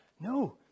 No